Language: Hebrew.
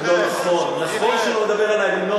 הוא לא מדבר על ההמנון.